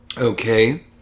Okay